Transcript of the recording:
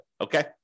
okay